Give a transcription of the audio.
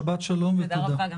שבת שלום ותודה.